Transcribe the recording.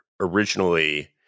originally